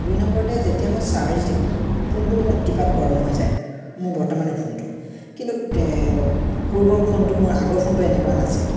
দুই নম্বৰতে যেতিয়া মই চাৰ্জ দিওঁ ফোনটো অতিপাত গৰম হৈ যায় মোৰ বৰ্তমানৰ ফোনটো কিন্তু তে পূৰ্বৰ ফোনটো মোৰ আগৰ ফোনটো মোৰ এনেকুৱা নাছিল